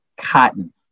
cotton